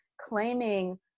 claiming